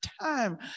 time